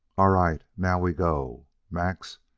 all right now we go. max!